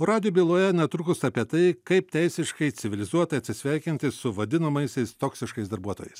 o radijo byloje netrukus apie tai kaip teisiškai civilizuotai atsisveikinti su vadinamaisiais toksiškais darbuotojais